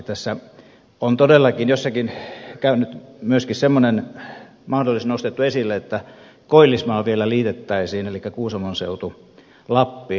tässä on todellakin jossakin myöskin semmoinen mahdollisuus nostettu esille että koillismaa vielä liitettäisiin elikkä kuusamon seutu lappiin